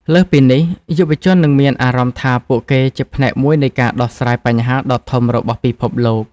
លើសពីនេះ យុវជននឹងមានអារម្មណ៍ថាពួកគេជាផ្នែកមួយនៃការដោះស្រាយបញ្ហាដ៏ធំរបស់ពិភពលោក។